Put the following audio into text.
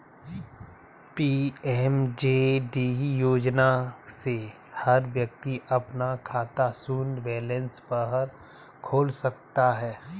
PMJD योजना से हर व्यक्ति अपना खाता शून्य बैलेंस पर खोल सकता है